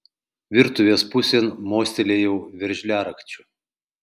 virtuvės pusėn mostelėjau veržliarakčiu